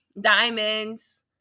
diamonds